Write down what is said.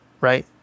right